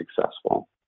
successful